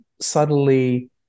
subtly